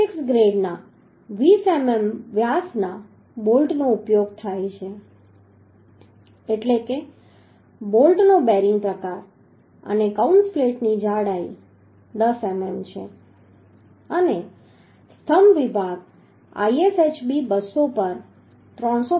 6 ગ્રેડના 20 મીમી વ્યાસના બોલ્ટનો ઉપયોગ થાય છે એટલે કે બોલ્ટનો બેરિંગ પ્રકાર અને કૌંસ પ્લેટની જાડાઈ 10 મીમી છે અને સ્તંભ વિભાગ ISHB 200 પર 365